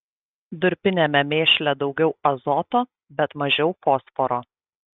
durpiniame mėšle daugiau azoto bet mažiau fosforo